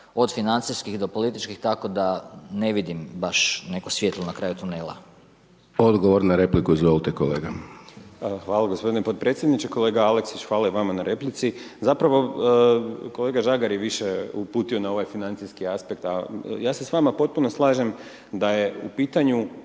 od financijskih do političkih, tako da ne vidim baš neko svjetlo na kraju tunela. **Hajdaš Dončić, Siniša (SDP)** Odgovor na repliku, izvolite, kolega. **Glavašević, Bojan (Nezavisni)** Hvala g. potpredsjedniče, kolega Aleksić, hvala i vama na replici. Zapravo kolega Žagar je više uputio na financijski aspekt, a ja se s vama potpuno slažem da je u pitanju